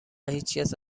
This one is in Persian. هیچکس